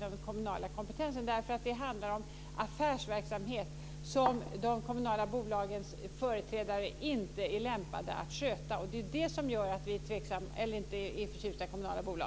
den kommunala kompetensen. Det handlar om affärsverksamhet som de kommunala bolagens företrädare inte är lämpade att sköta. Det är det som gör att vi inte är förtjusta i kommunala bolag.